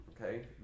okay